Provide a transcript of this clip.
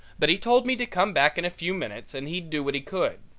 but he told me to come back in a few minutes and he'd do what he could.